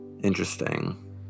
Interesting